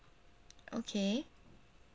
okay